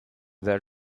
their